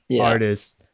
artists